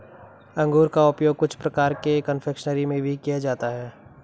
अंगूर का उपयोग कुछ प्रकार के कन्फेक्शनरी में भी किया जाता है